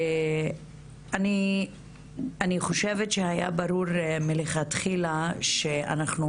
אני חושבת שהיה ברור מלכתחילה שאנחנו